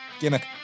Gimmick